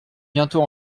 bientôt